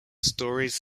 stories